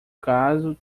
caso